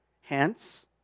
Hence